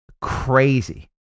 Crazy